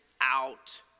out